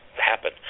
happen